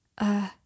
Uh